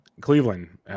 Cleveland